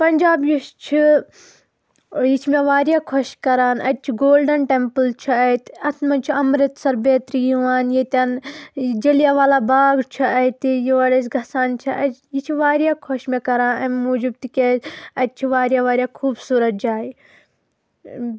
پنجاب یُس چھِ یہِ چھِ مےٚ واریاہ خۄش کَران اَتہِ چھِ گولڈَن ٹٮ۪مپٕل چھُ اَتہِ اَتھ منٛز چھُ امرِتسر بیٚترِ یِوان ییٚتٮ۪ن جَلیا والا باغ چھُ اَتہِ یور أسی گَژھان چھِ اَ یہِ چھِ واریاہ خۄش مےٚ کَران اَمہِ موٗجوٗب تِکیٛازِ اَتہِ چھُ واریاہ واریاہ خوٗبصوٗرت جاے